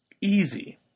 Easy